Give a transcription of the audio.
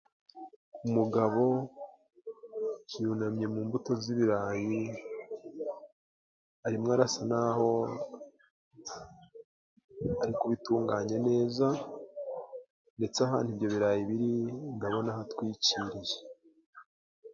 Umugabo yunamye mu mbuto z'ibirayi arimo arasa naho ari kubitunganya neza, ndetse ahantu ibyo birayi biri ndabona hatwikiriye.